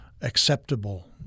acceptable